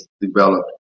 developed